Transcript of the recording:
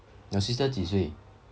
your sister 几岁